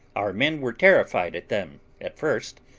our men were terrified at them at first,